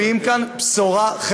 לא בשורה נדל"נית,